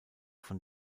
von